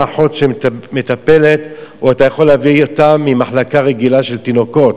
אחות שמטפלת שאתה יכול להביא ממחלקה רגילה של תינוקות.